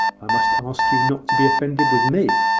i must ask you not to be offended with me.